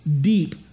deep